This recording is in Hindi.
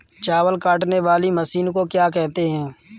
चावल काटने वाली मशीन को क्या कहते हैं?